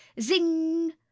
zing